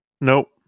nope